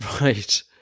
Right